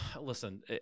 listen